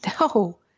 No